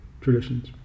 traditions